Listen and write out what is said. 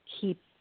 keep